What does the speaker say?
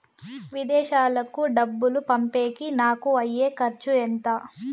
విదేశాలకు డబ్బులు పంపేకి నాకు అయ్యే ఖర్చు ఎంత?